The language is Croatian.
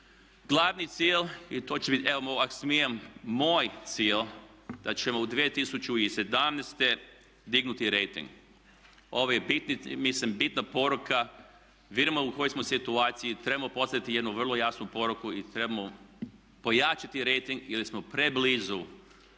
Glavni cilj, evo ako smijem moj cilj, da ćemo u 2017. dignuti rejting. Ovo je mislim bitna poruka. Vidimo u kojoj smo situaciji, trebamo poslati jednu vrlo jaku poruku i trebamo pojačati rejting jer smo preblizu